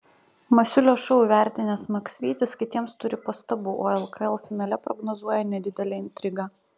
masiulio šou įvertinęs maksvytis kitiems turi pastabų o lkl finale prognozuoja nedidelę intrigą